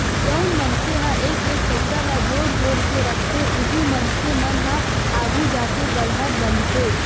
जउन मनखे ह एक एक पइसा ल जोड़ जोड़ के रखथे उही मनखे मन ह आघु जाके बड़हर बनथे